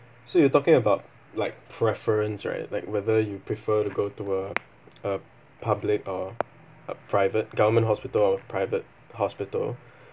so you're talking about like preference right like whether you prefer to go to uh a public or a private government hospital or private hospital